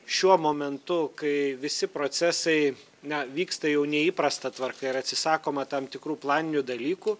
šiuo momentu kai visi procesai na vyksta jau neįprasta tvarka ir atsisakoma tam tikrų planinių dalykų